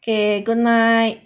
okay goodnight